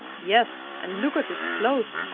yes, and look at his clothes,